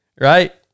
right